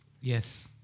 Yes